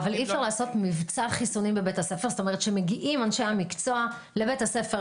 אי אפשר לעשות מבצע חיסונים שמגיעים אנשי המקצוע לבית הספר,